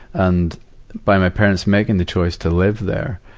and by my parents making the choice to live there,